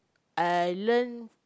I learn